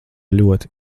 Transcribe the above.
ļoti